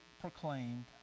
proclaimed